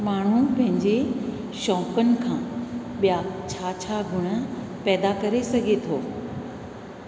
माण्हू पंहिंजे शौंक़नि खां ॿिया छा छा गुण पैदा करे सघे थो